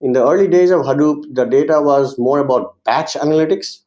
in the early days of hadoop, the data was more about batch analytics